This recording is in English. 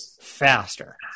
faster